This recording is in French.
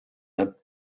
une